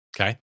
Okay